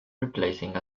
replacing